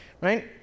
Right